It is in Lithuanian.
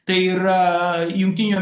tai yra jungtinių